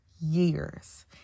years